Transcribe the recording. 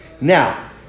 Now